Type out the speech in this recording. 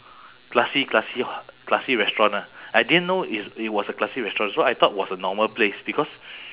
classy classy h~ classy restaurant ah I didn't know i~ it was a classy restaurant so I thought it was a normal place because